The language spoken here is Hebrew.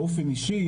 באופן אישי,